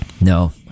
No